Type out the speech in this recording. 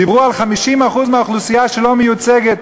דיברו על 50% מהאוכלוסייה שלא מיוצגת.